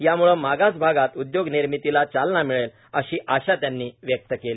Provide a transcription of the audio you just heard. यामुळे मागास भागात उद्योग निर्मितीला चालना मिळेल अशी आशा त्यांनी व्यक्त केली